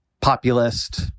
populist